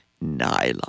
nylon